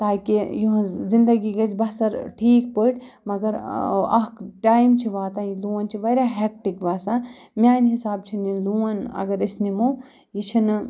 تاکہِ یِہٕنٛز زندگی گژھِ بسر ٹھیٖک پٲٹھۍ مگر اَکھ ٹایم چھِ واتان یہِ لون چھِ واریاہ ہٮ۪کٹِک باسان میٛانہِ حِساب چھِنہٕ یہِ لون اگر أسۍ نِمو یہِ چھِنہٕ